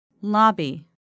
lobby